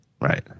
Right